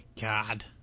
God